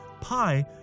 pi